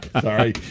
Sorry